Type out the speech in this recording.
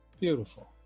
beautiful